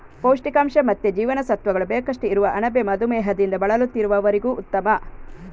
ಪೌಷ್ಟಿಕಾಂಶ ಮತ್ತೆ ಜೀವಸತ್ವಗಳು ಬೇಕಷ್ಟು ಇರುವ ಅಣಬೆ ಮಧುಮೇಹದಿಂದ ಬಳಲುತ್ತಿರುವವರಿಗೂ ಉತ್ತಮ